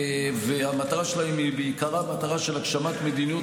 והמטרה שלהם היא בעיקרה מטרה של הגשמת מדיניות